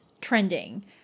trending